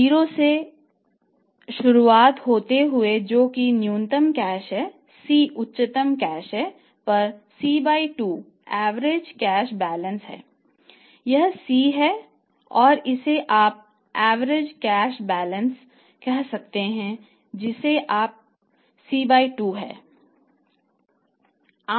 O से शुरुआत होता है जोकि न्यूनतम कैश है C उच्चतम कैश है और C 2 एवरेज कह सकते हैं जिसे आप कह सकते हैं कि यह C 2 है